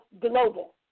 global